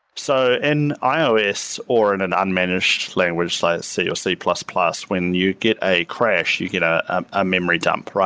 so in ios or in an unmanaged language, like c or c plus plus, when you get a crash, you get a a memory dump,